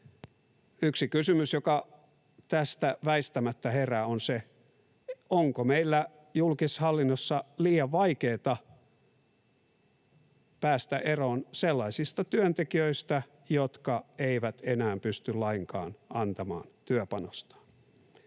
Yksi kysymys, joka tästä väistämättä herää, on se, onko meillä julkishallinnossa liian vaikeata päästä eroon sellaisista työntekijöistä, jotka eivät enää pysty lainkaan antamaan työpanostaan.